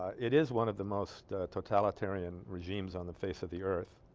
it is one of the most ah. totalitarian regimes on the face of the earth